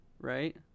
right